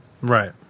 Right